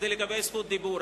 כדי לקבל זכות דיבור,